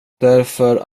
därför